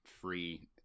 free